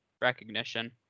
recognition